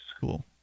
Cool